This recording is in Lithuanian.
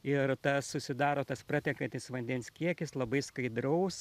ir tas susidaro tas pratekantis vandens kiekis labai skaidraus